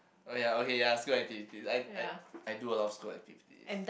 oh ya okay ya school activities I I I do a lot of school activities